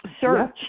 search